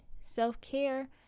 self-care